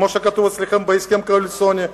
כמו שכתוב אצלכם בהסכם הקואליציוני.